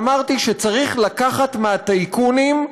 ואמרתי שצריך לקחת מהטייקונים,